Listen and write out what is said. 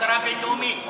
הכרה בין-לאומית.